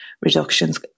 reductions